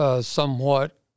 somewhat